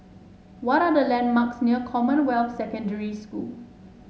what are the landmarks near Commonwealth Secondary School